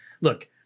look